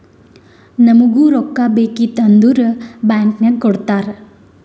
ನಮುಗ್ ರೊಕ್ಕಾ ಬೇಕಿತ್ತು ಅಂದುರ್ ಬ್ಯಾಂಕ್ ನಾಗ್ ಕೊಡ್ತಾರ್